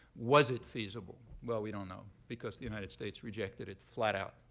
was it feasible? well, we don't know because the united states rejected it flat out,